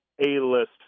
A-list